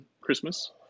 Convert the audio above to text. Christmas